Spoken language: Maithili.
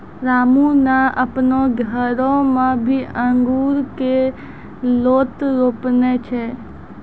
रामू नॅ आपनो घरो मॅ भी अंगूर के लोत रोपने छै